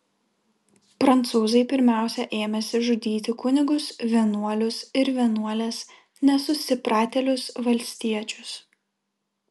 prancūzai pirmiausia ėmėsi žudyti kunigus vienuolius ir vienuoles nesusipratėlius valstiečius